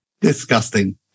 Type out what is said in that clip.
Disgusting